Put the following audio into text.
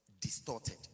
distorted